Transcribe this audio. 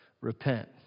Repent